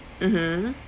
mmhmm